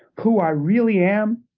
who i really am,